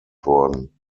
worden